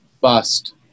Bust